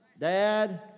dad